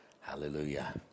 Hallelujah